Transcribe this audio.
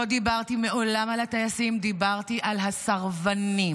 לא דיברתי מעולם על הטייסים, דיברתי על הסרבנים.